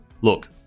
Look